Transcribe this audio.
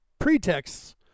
pretexts